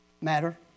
matter